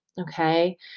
Okay